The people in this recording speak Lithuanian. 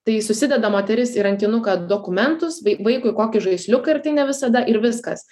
tai susideda moteris į rankinuką dokumentus bei vaikui kokį žaisliuką ir tai ne visada ir viskas